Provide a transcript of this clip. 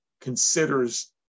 considers